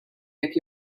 jekk